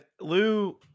Lou